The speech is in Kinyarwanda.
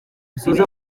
bisoza